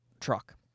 truck